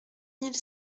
mille